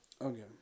Okay